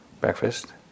breakfast